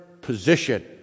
position